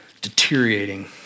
deteriorating